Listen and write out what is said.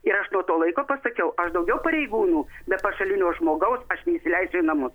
ir aš nuo to laiko pasakiau aš daugiau pareigūnų be pašalinio žmogaus aš neįsileisiu į namus